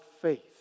faith